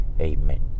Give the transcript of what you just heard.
Amen